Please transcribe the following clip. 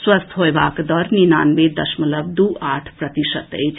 स्वस्थ होएबाक दर निनानबे दशमलव दू आठ प्रतिशत अछि